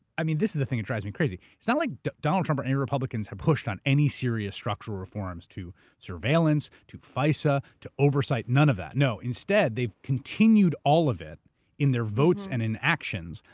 i mean, this is the thing that drives me crazy. it's not like donald trump or any republicans have pushed on any serious structural reforms to surveillance, to fisa, to oversight, none of that. no. instead, they've continued all of it in their votes and in actions,